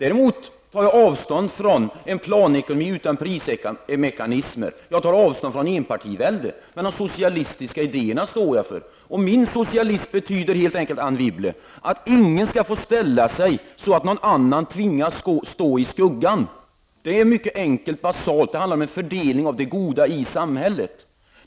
Jag tar avstånd från en planekonomi utan prismekanismer och från enpartivälde, men de socialistiska idéerna står jag för. Min socialism, Anne Wibble, betyder helt enkelt att ingen skall få ställa sig så, att någon annan tvingas stå i skuggan. Det är mycket enkelt och basalt -- det handlar om en fördelning av det goda i samhället.